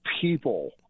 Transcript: people